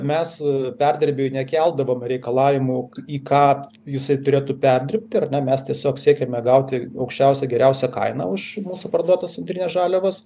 mes perdirbiui nekeldavom reikalavimų į ką jisai turėtų perdirbti ar ne mes tiesiog siekiame gauti aukščiausią geriausią kainą už mūsų parduotas antrines žaliavas